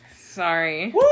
Sorry